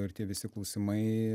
ir tie visi klausimai